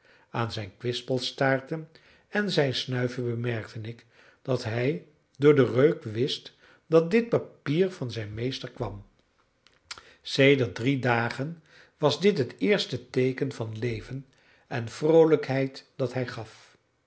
aan zijn kwispelstaarten en zijn snuiven bemerkte ik dat hij door den reuk wist dat dit papier van zijn meester kwam sedert drie dagen was dit het eerste teeken van leven en vroolijkheid dat hij gaf